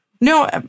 no